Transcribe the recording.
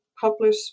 publish